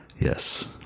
Yes